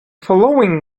following